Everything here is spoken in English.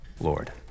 Lord